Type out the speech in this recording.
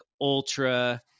ultra